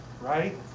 Right